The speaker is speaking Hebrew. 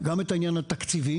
גם את העניין התקציבי,